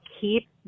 keep